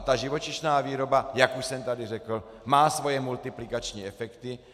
Ta živočišná výroba, jak už jsem tady řekl, má svoje multiplikační efekty.